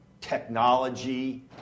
technology